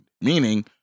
Meaning